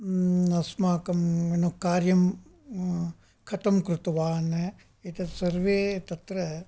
अस्माकं नाम कार्यं कतं कृतवान् एतत्सर्वे तत्र